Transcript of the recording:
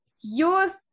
youth